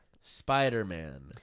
Spider-Man